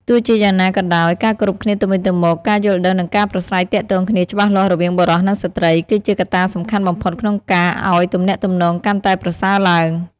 ទោះជាយ៉ាងណាក៏ដោយ ការគោរពគ្នាទៅវិញទៅមក ការយល់ដឹង និងការប្រាស្រ័យទាក់ទងគ្នាច្បាស់លាស់រវាងបុរស និងស្ត្រី គឺជាកត្តាសំខាន់បំផុតក្នុងការអោយទំនាក់ទំនងកាន់តែប្រសើរឡើង។